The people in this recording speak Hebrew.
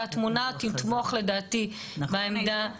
והתמונה תתמוך לדעתי בעמדה שלנו.